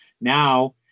Now